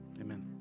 Amen